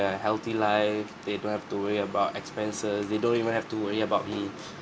a healthy life they don't have to worry about expenses they don't even have to worry about me